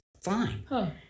fine